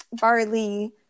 barley